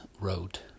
wrote